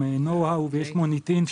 יש שם מוניטין.